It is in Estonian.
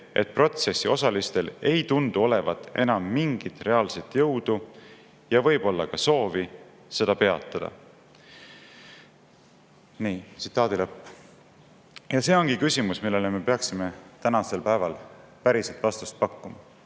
et protsessi osalistel ei tundu olevat enam mingit reaalset jõudu (ja võib-olla ka soovi) seda peatada." Nii. See ongi küsimus, millele me peaksime tänasel päeval päriselt vastust pakkuma.